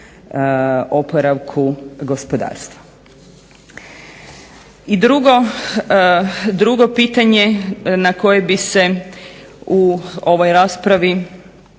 oporavku gospodarstva. I drugo pitanje na koje bi se u ovoj raspravi